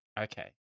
okay